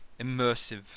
immersive